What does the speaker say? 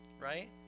right